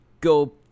go